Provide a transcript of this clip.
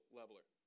leveler